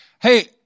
Hey